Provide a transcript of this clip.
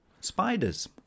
Spiders